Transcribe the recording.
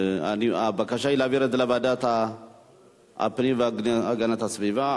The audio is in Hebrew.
הבקשה היא להעביר את זה לוועדת הפנים והגנת הסביבה.